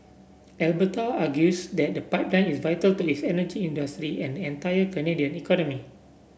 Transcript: Alberta argues that the pipeline is vital to its energy industry and entire Canadian economy